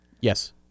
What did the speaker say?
Yes